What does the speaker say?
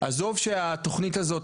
עזוב שהתוכנית הזאת,